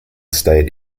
state